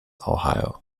ohio